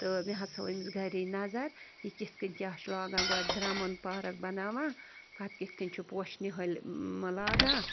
تہٕ مےٚ حظ تھٲو أمِس گَرے نظر یہِ کِتھٕ کٔنۍ کیٛاہ چھُ لاگان گۄڈٕ درمُن پارک بناوان پتہٕ کِتھٕ کٔنۍ چھُ پوشہِ نِہٲلۍ لاگان